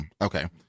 Okay